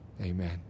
Amen